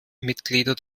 mitglieder